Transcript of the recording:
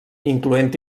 incloent